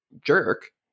Jerk